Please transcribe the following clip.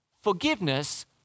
forgiveness